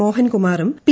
മോഹൻകുമാറും P